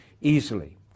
easily